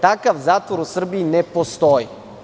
Takav zatvor u Srbiji ne postoji.